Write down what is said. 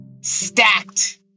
stacked